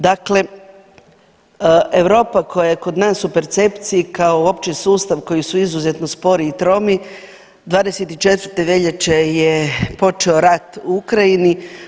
Dakle, Europa koja je kod nas u percepciji kao opći sustav koji su izuzetno spori i tromi 24. veljače je počeo rat u Ukrajini.